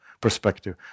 perspective